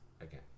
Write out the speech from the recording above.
again